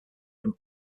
from